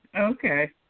Okay